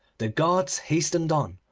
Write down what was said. the guards hastened on,